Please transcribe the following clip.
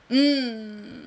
mm um